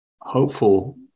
hopeful